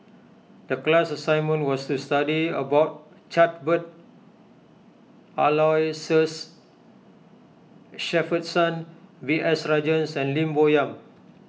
the class assignment was to study about Aloysius Shepherdson B S Rajhans and Lim Bo Yam